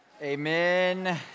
Amen